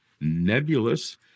nebulous